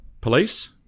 police